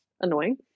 annoying